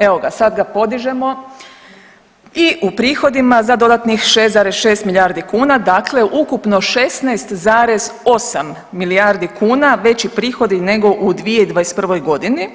Evo ga sad ga podižemo i u prihodima za dodatnih 6,6, milijardi kuna, dakle ukupno 16,8 milijardi kuna veći prihodi nego u 2021.g.